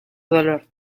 dolor